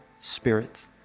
spirit